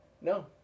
No